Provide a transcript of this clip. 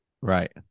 Right